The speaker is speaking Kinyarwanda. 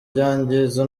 byangiza